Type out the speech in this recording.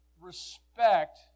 respect